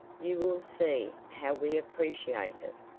you will see how we appreciate it.